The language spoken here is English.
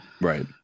Right